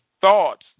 thoughts